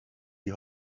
die